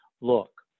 look